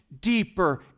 deeper